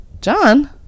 john